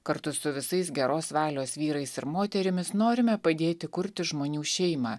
kartu su visais geros valios vyrais ir moterimis norime padėti kurti žmonių šeimą